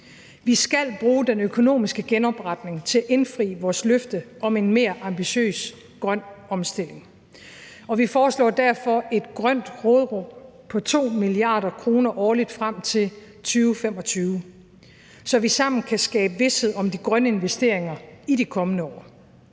Vi skal bruge den økonomiske genopretning til at indfri vores løfte om en mere ambitiøs grøn omstilling, og vi foreslår derfor et grønt råderum på 2 mia. kr. årligt frem til 2025, så vi sammen kan skabe vished om de grønne investeringer i de kommende år